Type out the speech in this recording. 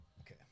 Okay